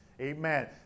Amen